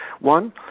one